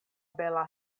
bela